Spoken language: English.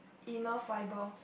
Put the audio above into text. inner fibre